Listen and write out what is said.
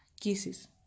Kisses